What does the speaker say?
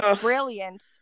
brilliant